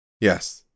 Yes